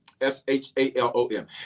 S-H-A-L-O-M